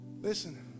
Listen